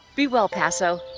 be well paso!